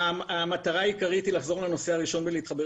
המטרה העיקרית היא להתחבר למצוקה.